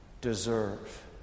deserve